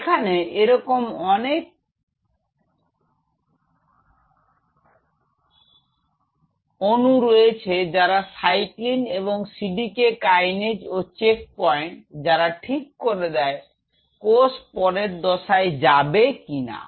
এখানে এরকম অনেক অনুরোধ যারা সাইক্লিন এবং cdk কাইনেজ ও চেক পয়েন্ট যারা ঠিক করে কোষ পরের দশায় যাবে কিনা